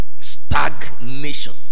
stagnation